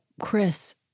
Chris